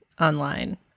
online